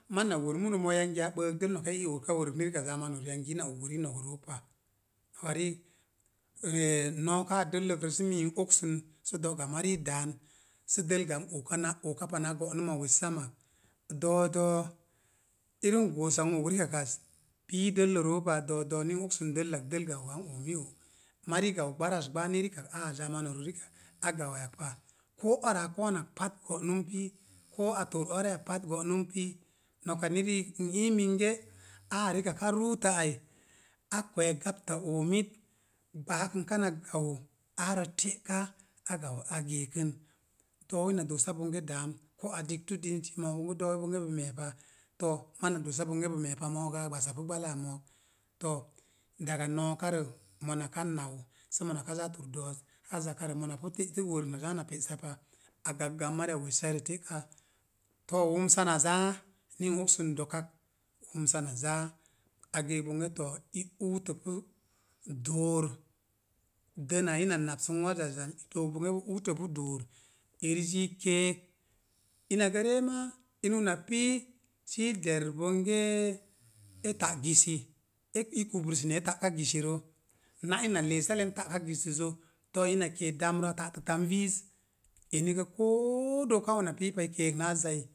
Maz na wor munə mo̱o̱ yangi a gbəək dəl nok e ii oka work ni rikak zamanu yangi ina og work i nog rook pa. Noke riik, nooke dəlləkrə sə mii n oksən sə do̱'gamarii daan sə dəl gamn ooka naa ookapa naa go'numa wessammak. Do̱o̱ do̱o̱, irim goosa n og rikakkaz pii dəllə roo pa. Do̱o̱ do̱o̱ ni n ogsən dəllak dəl gau gan oomi o'. Marii gau gbaras gba ni rikak aa a zamanu rikak a gauwak pa. Koo ara a ko̱o̱nak pat go̱ num pii, koo a for aray pat go̱ num pii. Noka ni riik n ii núnge aá á rillak a ruutə ai, a kwee gapta oomit, gbakənka na gau aarə te ka, a gau a geekən. Do̱o̱wi na doosa bonge daam, koo a diktudinzi mone bonge do̱o̱wi bo me̱e̱ pa mo̱o̱gə a gbasapu gbalaa mo̱o̱k. To, daga no̱o̱karə mona ka nau sə mona ka zaa tor do̱ haa zakarə mona pu te sə work na za na pe sa pa, a gaggan mariya wessairə te'ka. To, wumsa na zaa ni n oksən do̱kak, wumsa na zaa, a geek bonge to, i uutə pu door, dəna ina napsən wer zazan i dook bonge i uutəpu door, erizi i keek, inagə ree maa in ura pii sə i der bongee, e ta gisi. E i kusrəsnəsnee ta'ka gisiro, na ina leesalen ta'ka gisissə to, ina kee dambdə á ta'təktan viiz. eni gə koo dooka ona pii pa. I keek naa zai.